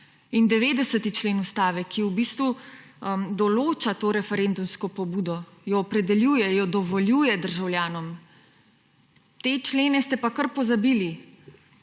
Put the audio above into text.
In 90. člen ustave, ki določa to referendumsko pobudo, jo opredeljuje, jo dovoljuje državljanom. Te člene ste pa kar pozabili.